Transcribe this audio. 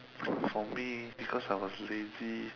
for me because I was lazy